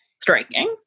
striking